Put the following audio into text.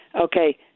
Okay